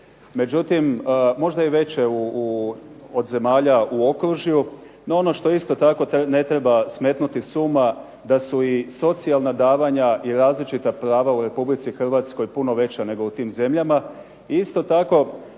međutim možda i veće od zemalja u okružju. No ono što isto tako ne treba smetnuti s uma, da su i socijalna davanja i različita prava u Republici Hrvatskoj puno veća nego u tim zemljama. I isto tako